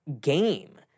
game